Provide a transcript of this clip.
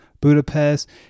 Budapest